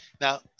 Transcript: Now